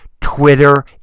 Twitter